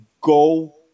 Go